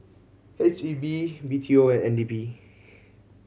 H E B B T O and N D P